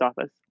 office